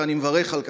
ואני מברך על כך,